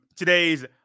Today's